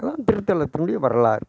அதுதான் திருத்தலத்தினுடைய வரலாறு